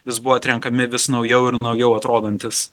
vis buvo atrenkami vis naujau ir naujau atrodantys